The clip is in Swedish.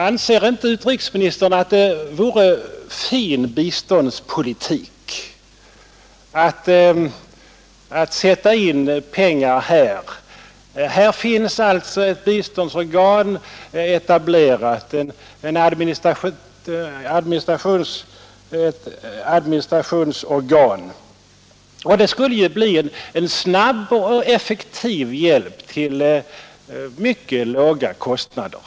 Anser inte utrikesministern att det vore fin biståndspolitik att sätta in pengar här? Det finns alltså ett administrationsorgan etablerat som kan ge snabb och effektiv hjälp till mycket låga kostnader.